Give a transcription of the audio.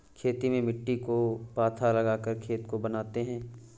खेती में मिट्टी को पाथा लगाकर खेत को बनाते हैं?